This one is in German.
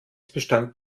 bestand